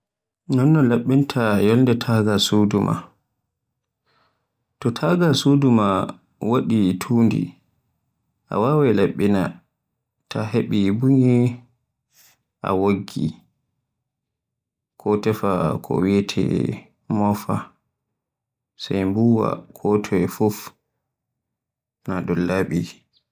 Non no laɓɓinta yolnde taaga suudu maa. To ni taaga suudu maa waɗi tundi, a waawai laɓɓinta ta heɓi bunye a woggi ko tefa ko wiyeete moffa sai mbuwa ko toye fuf naa ɗun laɓi.